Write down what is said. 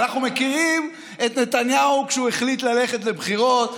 אנחנו מכירים את נתניהו כשהוא החליט ללכת לבחירות,